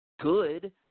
good